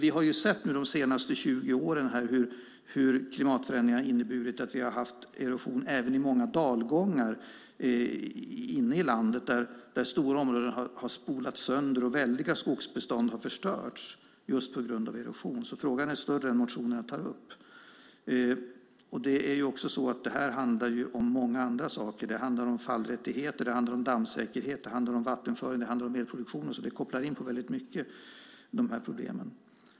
Vi har de senaste 20 åren sett hur klimatförändringarna har inneburit erosion i många dalgångar inne i landet. Stora områden har spolats sönder och väldiga skogsbestånd har förstörts. Frågan är större än vad som tas upp i motionerna. Det här handlar också om många andra saker, om fallrättigheter, dammsäkerhet, vattenföring och elproduktion. Det finns många problem. Herr talman!